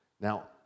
Now